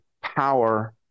power